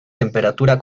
temperatura